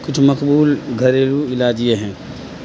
کچھ مقبول گھریلو علاج یہ ہیں